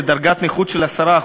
לדרגת נכות של 10%,